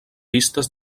vistes